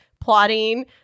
plotting